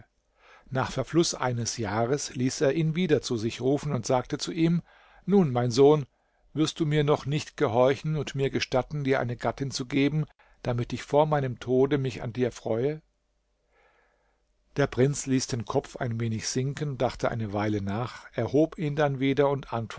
nach verfluß eines jahres ließ er ihn wieder zu sich rufen und sagte zu ihm nun mein sohn wirst du mir noch nicht gehorchen und mir gestatten dir eine gattin zu geben damit ich vor meinem tode mich an dir freue der prinz ließ den kopf ein wenig sinken dachte eine weile nach erhob ihn dann wieder und